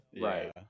right